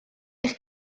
eich